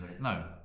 no